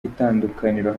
itandukaniro